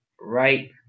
right